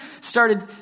started